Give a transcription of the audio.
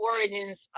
Origins